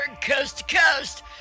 coast-to-coast